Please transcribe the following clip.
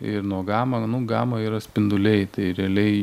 ir nuo gama nu gama yra spinduliai tai realiai